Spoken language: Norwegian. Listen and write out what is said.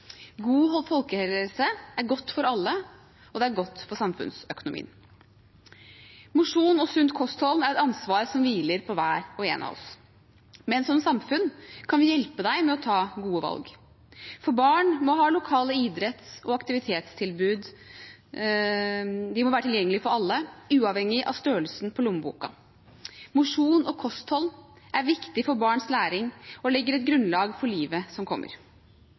God folkehelse er godt for alle, og det er godt for samfunnsøkonomien. Mosjon og sunt kosthold er et ansvar som hviler på hver og en av oss, men som samfunn kan vi hjelpe deg med å ta gode valg. Barn må ha lokale idretts- og aktivitetstilbud, og de må være tilgjengelige for alle, uavhengig av størrelsen på lommeboken. Mosjon og kosthold er viktig for barns læring og legger et grunnlag for livet som kommer.